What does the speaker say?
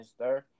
Mr